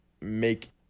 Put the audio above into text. make